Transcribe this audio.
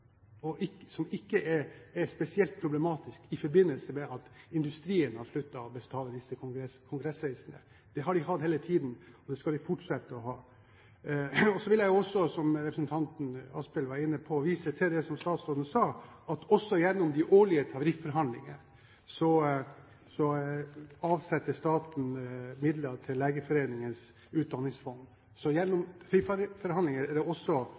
som ikke er spesielt problematisk i forbindelse med at industrien har sluttet å betale disse kongressreisene. Det har de hatt hele tiden, og det skal de fortsette å ha. Så vil jeg også, som representanten Asphjell var inne på, vise til det som statsråden sa, at også gjennom de årlige tarifforhandlingene avsetter staten midler til Legeforeningens utdanningsfond. Så gjennom tarifforhandlinger er det også